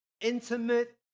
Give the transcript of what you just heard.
intimate